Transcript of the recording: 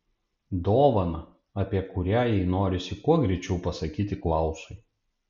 dovaną apie kurią jai norisi kuo greičiau pasakyti klausui